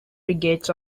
frigates